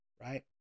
right